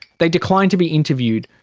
they declined to be interviewed.